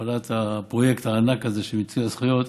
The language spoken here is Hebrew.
להפעלת הפרויקט הענק הזה של מיצוי הזכויות,